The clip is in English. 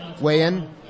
weigh-in